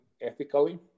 ethically